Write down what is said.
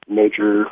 major